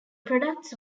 products